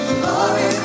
glory